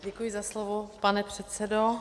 Děkuji za slovo, pane předsedo.